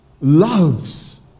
Loves